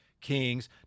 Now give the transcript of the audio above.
Kings